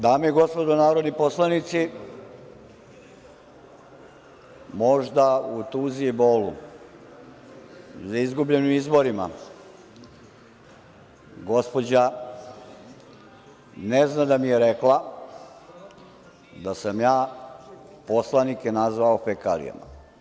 Dame i gospodo narodni poslanici, možda u tuzi i bolu za izgubljenim izborima gospođa ne zna da mi je rekla da sam ja poslanike nazvao fekalijama.